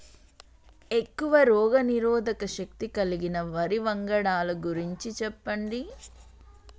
ఎక్కువ రోగనిరోధక శక్తి కలిగిన వరి వంగడాల గురించి చెప్పండి?